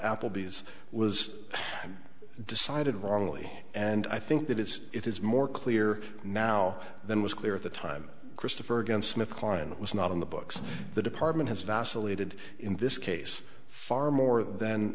ppleby's was decided wrongly and i think that is it is more clear now than was clear at the time christopher against smith kline it was not in the books the department has vacillated in this case far more than